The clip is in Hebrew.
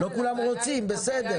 לא כולם רוצים, בסדר.